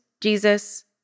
Jesus